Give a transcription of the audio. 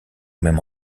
même